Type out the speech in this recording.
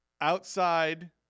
Outside